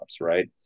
right